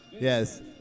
Yes